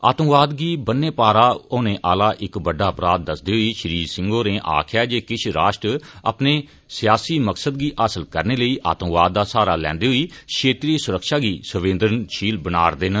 आतंकवाद गी बन्नै पारा होने आहला इक बडडा अपराध दस्सदे होई श्री सिंह होरें आक्खेया जे किश राष्ट्र अपने सियासी मकसदें गी हासल करने लेई आतंकवाद दा सहारा लैंदे होई क्षेत्रीय सुरक्षा गी संवेदनशील बना रदे न